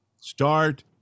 start